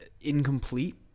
incomplete